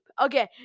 Okay